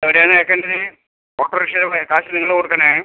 എവിടെ ആണ് അയക്കേണ്ടത് ഓട്ടോറിക്ഷയിൽ കാശ് നിങ്ങൾ കൊടുക്കണം